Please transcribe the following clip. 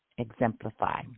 Exemplify